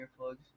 earplugs